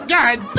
God